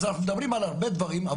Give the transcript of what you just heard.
אז אנחנו מדברים על הרבה דברים.